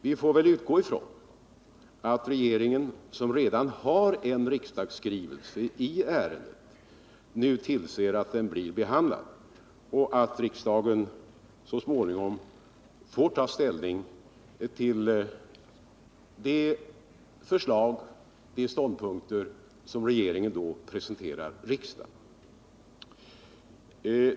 Vi får väl utgå från att regeringen, som redan har en riksdagsskrivelse i ärendet, nu tillser att den blir behandlad och att riksdagen så småningom får ta ställning till de förslag och ståndpunkter som regeringen presenterar riksdagen.